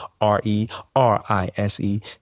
R-E-R-I-S-E